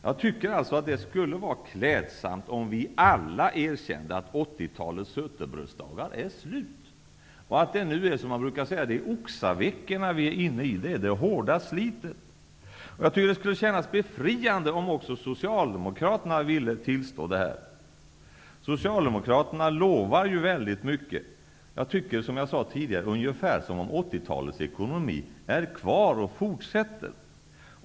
Jag tycker att det skulle vara klädsamt om vi alla erkände att 80-talets sötebrödsdagar är slut. Nu är vi, som man brukar säga, inne i oxaveckorna. Det är det hårda slitet. Jag tycker att det skulle kännas befriande om också socialdemokraterna ville tillstå det. Socialdemokraterna lovar väldigt mycket, som jag sade tidigare, ungefär som om 80-talets ekonomi är kvar och fortsätter.